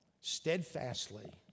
steadfastly